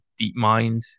DeepMind